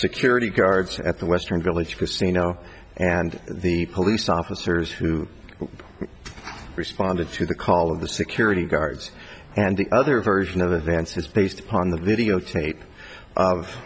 security guards at the western village you see now and the police officers who responded to the call of the security guards and the other version of advances based upon the videotape of